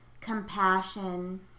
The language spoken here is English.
compassion